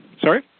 Sorry